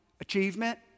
achievement